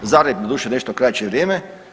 Zagreb doduše nešto kraće vrijeme.